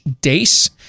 dace